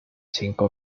cinco